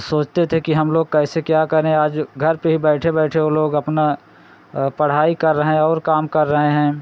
सोचते थे कि हम लोग कैसे क्या करें आज घर पर ही बैठे बैठे उ लोग अपना पढ़ाई कर रहे हैं और काम कर रहे हैं